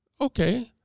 Okay